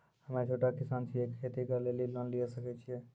हम्मे छोटा किसान छियै, खेती करे लेली लोन लिये सकय छियै?